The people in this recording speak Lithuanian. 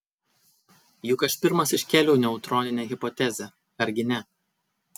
juk aš pirmas iškėliau neutroninę hipotezę argi ne